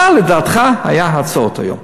מה לדעתך היו התוצאות היום?